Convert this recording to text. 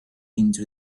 into